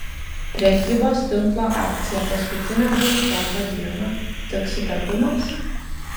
prekybos tinklo akcija paskutinę boikoto dieną tik sutapimas